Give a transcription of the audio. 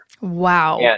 Wow